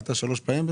עלתה שלוש פעמים,